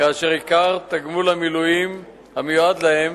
כאשר עיקר תגמול המילואים המיועד להם